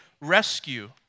rescue